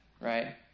Right